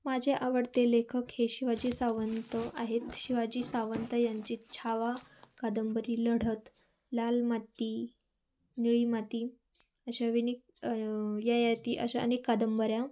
माझे आवडते लेखक हे शिवाजी सावंत आहेत शिवाजी सावंत यांची छावा कादंबरी लढत लाल माती निळी माती अशा विनिक ययाती अशा अनेक कादंबऱ्या